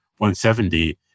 $170